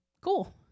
cool